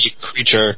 creature